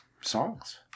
songs